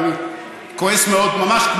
ואני כועס מאוד ממש,